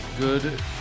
good